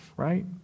Right